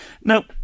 Now